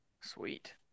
Sweet